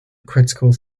critical